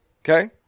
Okay